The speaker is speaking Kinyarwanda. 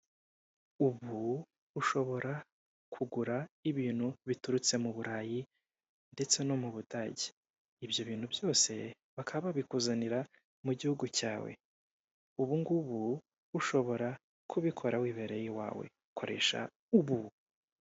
Ubu ushobora kugura ibintu biturutse mu burayi ndetse no mu Budage, ibyo bintu byose bakaba babikuzanira mu gihugu cyawe ubungubu ushobora kubikora wibereye iwawe koresha ubu.